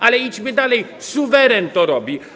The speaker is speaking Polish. Ale idźmy dalej, suweren to robi.